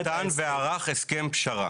--- ניהל משא ומתן וערך הסכם פשרה.